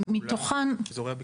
כולן באזורי הביקוש?